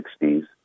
1960s